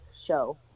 show